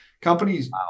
Companies